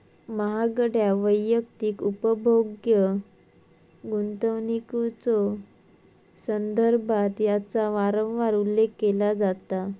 महागड्या वैयक्तिक उपभोग्य गुंतवणुकीच्यो संदर्भात याचा वारंवार उल्लेख केला जाता